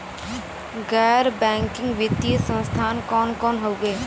गैर बैकिंग वित्तीय संस्थान कौन कौन हउवे?